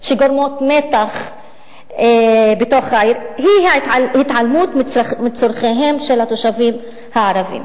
שגורמות מתח בתוך העיר היא ההתעלמות מצורכיהם של התושבים הערבים,